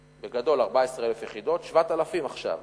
בגדול, 14,000 יחידות, 7,000 עכשיו.